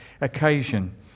occasion